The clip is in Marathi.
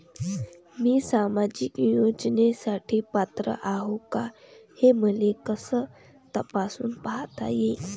मी सामाजिक योजनेसाठी पात्र आहो का, हे मले कस तपासून पायता येईन?